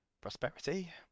Prosperity